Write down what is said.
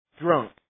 drunk